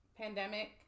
pandemic